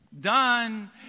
done